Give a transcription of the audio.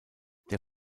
der